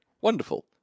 Wonderful